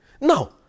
Now